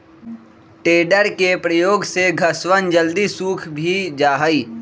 tedder के प्रयोग से घसवन जल्दी सूख भी जाहई